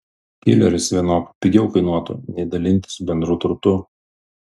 kileris vienok pigiau kainuotų nei dalintis bendru turtu